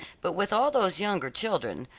but with all those younger children,